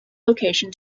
location